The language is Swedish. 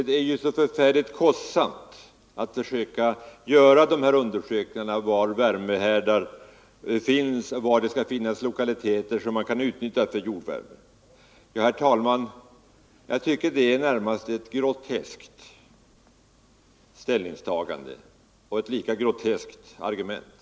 Det är så kostsamt att undersöka var det kan finnas områden med jordvärme som man kan utnyttja. Herr talman! Jag tycker detta är närmast ett groteskt ställningstagande och ett lika groteskt argument.